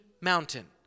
mountain